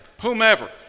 whomever